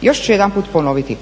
Još ću jedanput ponoviti.